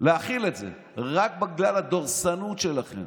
רק בגלל הדורסנות שלכם,